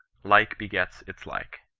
like begets its like.